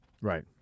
Right